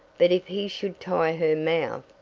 but if he should tie her mouth!